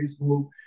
Facebook